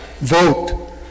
vote